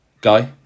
Guy